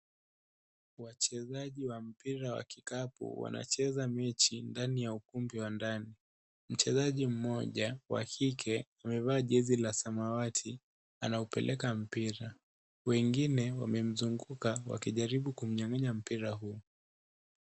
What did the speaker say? Wachezaji wa mpira wa kikapu wanacheza mechi ndani ya ukumbi wa ndani. Mchezaji mmoja wa kike amevaa jezi la samawati. Anaupeleka mpira. Wengine wamemzunguka wakijaribu kumnyang'anya mpira huo.